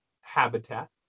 habitat